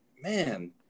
man